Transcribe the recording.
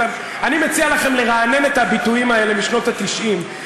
אני מציע לכם לרענן את הביטויים האלה משנות ה-90,